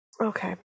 Okay